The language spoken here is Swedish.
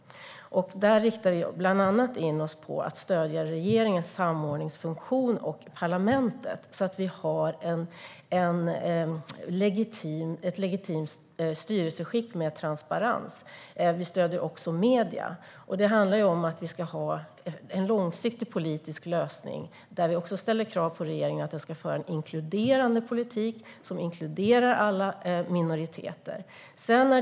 Där riktar vi bland annat in oss på att stödja regeringens samordningsfunktion och parlamentet, så att vi har ett legitimt styrelseskick med transparens. Vi stöder även medierna. Det handlar om att vi ska ha en långsiktig politisk lösning, där vi också ställer krav på regeringen att den ska föra en inkluderande politik som inkluderar alla minoriteter.